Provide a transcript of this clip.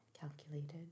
calculated